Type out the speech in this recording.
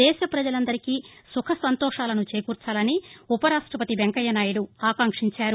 దేశ ప్రపజలందరికీ సుఖ సంతోషాలను చేకూర్చాలని ఉప రాష్టపతి వెంకయ్య నాయుడు ఆకాంక్షించారు